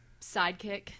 sidekick